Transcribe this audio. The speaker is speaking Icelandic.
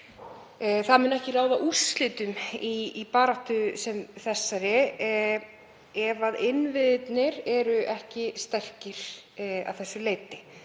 Það mun ekki ráða úrslitum í baráttu sem þessari ef innviðirnir eru ekki sterkir að þessu leyti.